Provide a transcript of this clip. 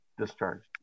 discharged